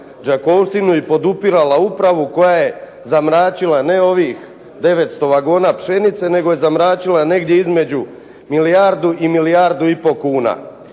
Đakovštinu i podupirala upravu koja je zamračila ne ovih 900 vagona pšenice nego je zamračila negdje između milijardu i milijardu i pol kuna.